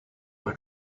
they